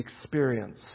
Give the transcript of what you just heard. experience